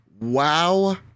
Wow